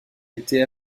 était